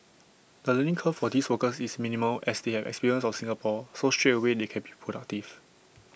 the learning curve for these workers is minimal as they have experience of Singapore so straight away they can be productive